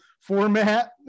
format